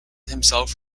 himself